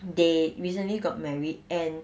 they recently got married and